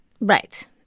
Right